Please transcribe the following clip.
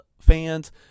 fans